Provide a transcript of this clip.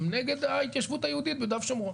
נגד ההתיישבות היהודית ביהודה ושומרון.